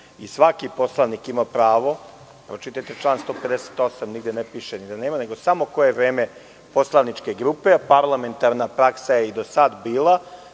i svaki poslanik ima pravo, pročitajte član 158, nigde ne piše da nema, nego samo koje vreme poslaničke grupe, a parlamentarna praksa je i do sada bila